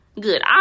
good